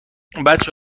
بچه